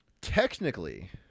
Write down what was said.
technically